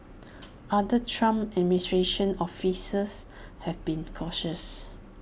other Trump administration officials have been cautious